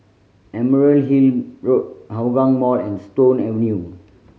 Emerald Hill Road Hougang Mall and Stone Avenue